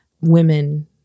women